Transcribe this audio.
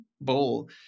bowl